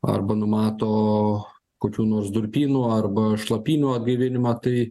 arba numato kokių nors durpynų arba šlapynių atgaivinimą tai